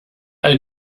all